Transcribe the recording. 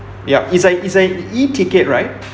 ya is a is a e ticket right